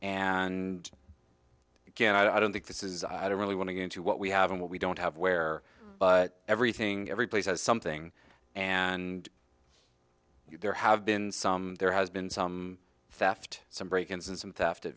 and again i don't think this is i don't really want to get into what we have and what we don't have where but everything every place has something and there have been some there has been some faffed some break ins and some theft at